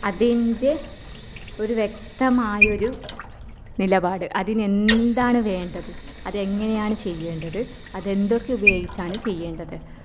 അതിൻ്റെ ഒരു വ്യക്തമായൊരു നിലപാട് അതിന് എന്താണ് വേണ്ടത് അത് എങ്ങനെയാണ് ചെയ്യേണ്ടത് അത് എന്തൊക്കെ ഉപയോഗിച്ചാണ് ചെയ്യേണ്ടത്